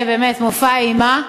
מופע אימה.